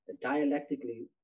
dialectically